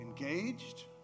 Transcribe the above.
engaged